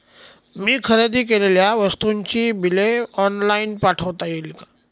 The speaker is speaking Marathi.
मी खरेदी केलेल्या वस्तूंची बिले ऑनलाइन पाठवता येतील का?